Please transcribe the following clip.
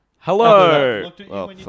Hello